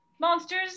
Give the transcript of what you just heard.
monsters